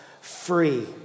free